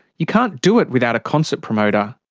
you can't do it without a concert promoter.